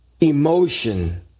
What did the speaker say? emotion